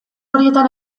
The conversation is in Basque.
horietan